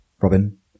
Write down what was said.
Robin